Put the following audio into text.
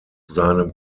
seinem